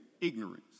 ignorance